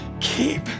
keep